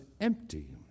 empty